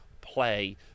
play